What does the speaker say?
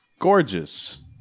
Gorgeous